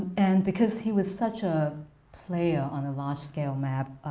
and because he was such a player on a large scale map,